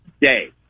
day